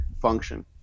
function